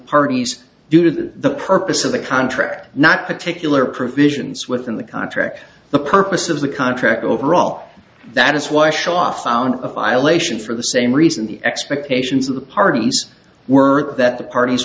parties due to the purpose of the contract not particular provisions within the contract the purpose of the contract overall that is why showoff found of violations for the same reason the expectations of the parties were that the parties